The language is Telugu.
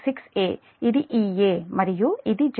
ఇది Ea మరియు ఇది Z1